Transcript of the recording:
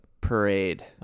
parade